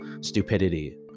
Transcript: stupidity